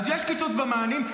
אז יש קיצוץ במענים.